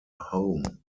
home